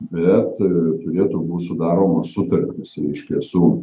bet turėtų būt sudaroma sutartis reiškia su